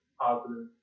positive